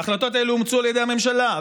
ההחלטות האלה אומצו על ידי הממשלה,